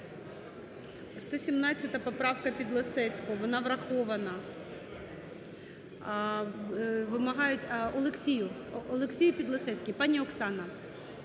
117 поправка Підлісецького, вона врахована. Вимагають... Олексію, Олексій Підлісецький. Пані Оксана.